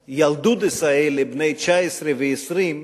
ה"ילדודס" האלה, בני 19 ו-20,